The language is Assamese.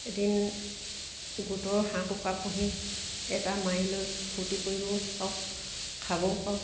এদিন গোটৰ হাঁহ কুকুৰা পুহি এটা মাৰি লৈ ফূৰ্তি কৰিবও পাৰোঁ খাবও পাৰোঁ